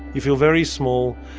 you feel very small,